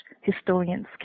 historians